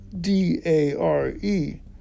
D-A-R-E